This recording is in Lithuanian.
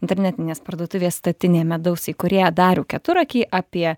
internetinės parduotuvės statinė medaus įkūrėją darių keturakį apie